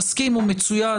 תסכימו מצוין,